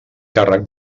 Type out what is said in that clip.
càrrec